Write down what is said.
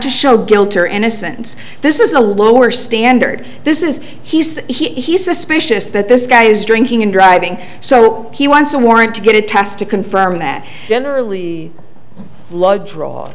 to show guilt or innocence this is a lower standard this is he says he's suspicious that this guy is drinking and driving so he wants a warrant to get a test to confirm that generally blood draw